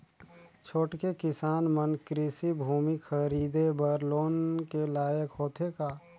छोटके किसान मन कृषि भूमि खरीदे बर लोन के लायक होथे का?